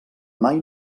mai